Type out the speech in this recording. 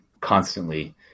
constantly